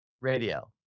Radio